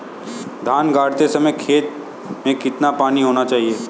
धान गाड़ते समय खेत में कितना पानी होना चाहिए?